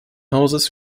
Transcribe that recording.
hauses